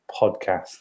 podcast